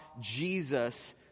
Jesus